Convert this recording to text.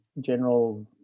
general